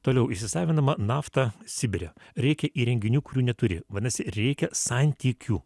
toliau įsisavinama naftą sibire reikia įrenginių kurių neturi vadinasi reikia santykių